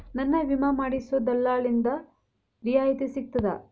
ನನ್ನ ವಿಮಾ ಮಾಡಿಸೊ ದಲ್ಲಾಳಿಂದ ರಿಯಾಯಿತಿ ಸಿಗ್ತದಾ?